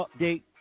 update